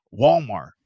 Walmart